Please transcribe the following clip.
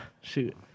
Shoot